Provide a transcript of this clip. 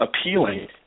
appealing